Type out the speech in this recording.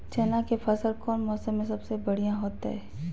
चना के फसल कौन मौसम में सबसे बढ़िया होतय?